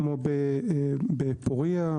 כמו בפוריה,